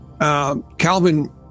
Calvin